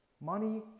money